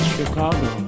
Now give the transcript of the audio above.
Chicago